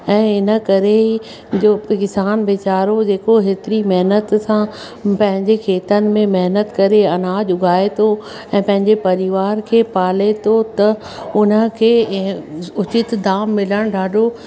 ऐं हिन करे जो किसान वीचारो जेको हेतिरी महिनत सां पंहिंजे खेतनि में महिनत करे अनाज उगाए तो ऐं पंहिंजे परिवार खे पाले थो त हुन खे उचित दाम मिलणु ॾाढो